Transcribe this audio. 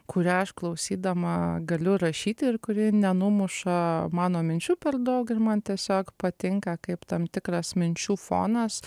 kurią aš klausydama galiu rašyti ir kuri nenumuša mano minčių per daug ir man tiesiog patinka kaip tam tikras minčių fonas